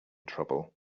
trouble